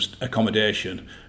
accommodation